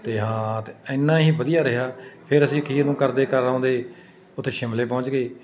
ਅਤੇ ਹਾਂ ਅਤੇ ਐਨਾ ਹੀ ਵਧੀਆ ਰਿਹਾ ਫਿਰ ਅਸੀਂ ਅਖੀਰ ਨੂੰ ਕਰਦੇ ਕਰਾਉਂਦੇ ਉੱਥੇ ਸ਼ਿਮਲੇ ਪਹੁੰਚ ਗਏ